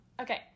Okay